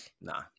nah